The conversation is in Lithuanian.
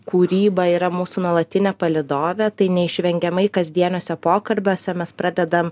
kūryba yra mūsų nuolatinė palydovė tai neišvengiamai kasdieniuose pokalbiuose mes pradedam